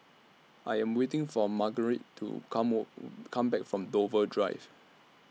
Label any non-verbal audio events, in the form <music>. I Am waiting For Margarite to Car More <unintelligible> Come Back from Dover Drive